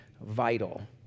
vital